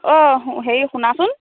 অঁ হেৰি শুনাচোন